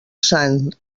sant